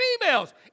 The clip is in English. females